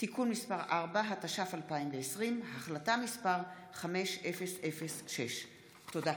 (תיקון מס' 4), התש"ף 2020, החלטה מס' 5006. תודה.